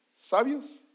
sabios